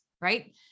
right